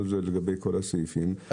לגבי סעיף 14ל,